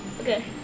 Okay